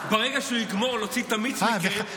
ברגע שהוא יגמור להוציא את המיץ מכם,